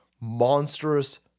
monstrous